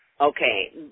Okay